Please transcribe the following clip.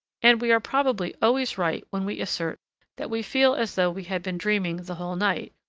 and we are probably always right when we assert that we feel as though we had been dreaming the whole night,